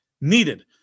needed